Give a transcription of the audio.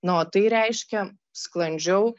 na o tai reiškia sklandžiau